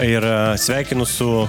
ir sveikinu su